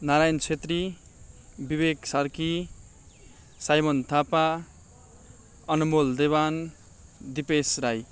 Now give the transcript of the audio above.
Narayan Chhetri Vivek Sarki Simon Thapa Anmol Dewan Dipesh Rai